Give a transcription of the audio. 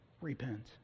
repent